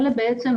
אלה בעצם,